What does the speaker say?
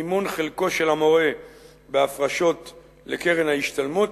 מימון חלקו של המורה בהפרשות לקרן ההשתלמות,